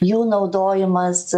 jų naudojimas